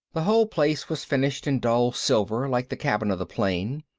the whole place was finished in dull silver like the cabin of the plane,